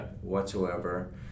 whatsoever